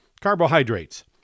Carbohydrates